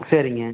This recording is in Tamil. சரிங்க